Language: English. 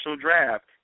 draft